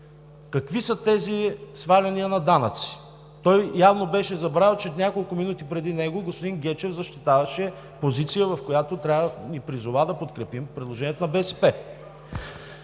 Какви са тези сваляния на данъци?“ Той явно беше забравил, че няколко минути преди него господин Гечев защитаваше позиция, в която ни призова да подкрепим предложението на БСП.